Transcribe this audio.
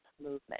movement